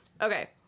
okay